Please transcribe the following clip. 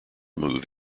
move